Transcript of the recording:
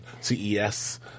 CES